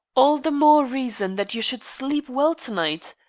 all the more reason that you should sleep well to-night.